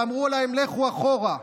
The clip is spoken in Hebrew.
ואמרו להן: לכו אחורה,